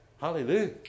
Hallelujah